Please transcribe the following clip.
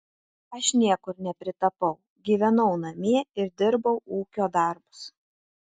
aš niekur nepritapau gyvenau namie ir dirbau ūkio darbus